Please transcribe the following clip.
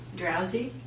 drowsy